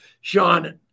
Sean